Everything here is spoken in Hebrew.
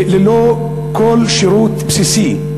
ללא כל שירות בסיסי,